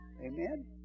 Amen